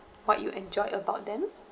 what you enjoyed about them